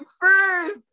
first